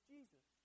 Jesus